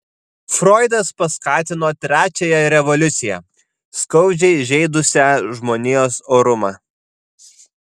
froidas paskatino trečiąją revoliuciją skaudžiai žeidusią žmonijos orumą